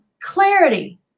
Clarity